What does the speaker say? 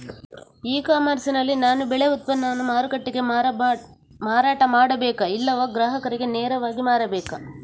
E commerce ನಲ್ಲಿ ನಾನು ಬೆಳೆ ಉತ್ಪನ್ನವನ್ನು ಮಾರುಕಟ್ಟೆಗೆ ಮಾರಾಟ ಮಾಡಬೇಕಾ ಇಲ್ಲವಾ ಗ್ರಾಹಕರಿಗೆ ನೇರವಾಗಿ ಮಾರಬೇಕಾ?